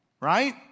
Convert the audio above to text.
right